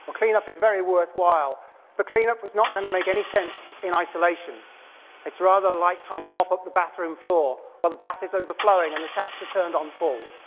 cleanup is very worthwhile but cleanup is not going to make any sense in isolation it's rather like trying to mop up the bathroom floor while the bath is overflowing and the taps are turned on full.